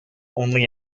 only